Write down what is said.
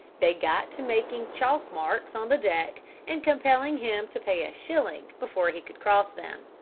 they got to making chalk-marks on the deck and compelling him to pay a shilling before he could cross them.